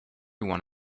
one